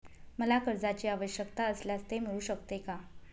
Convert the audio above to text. मला कर्जांची आवश्यकता असल्यास ते मिळू शकते का?